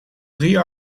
drie